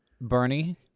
Bernie